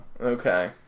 Okay